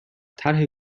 طرح